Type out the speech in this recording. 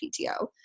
PTO